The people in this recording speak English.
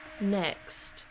Next